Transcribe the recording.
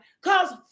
Cause